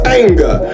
anger